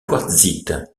quartzite